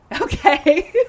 okay